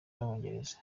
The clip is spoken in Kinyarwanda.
b’abongereza